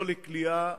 לא לכליאה,